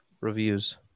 Reviews